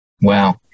Wow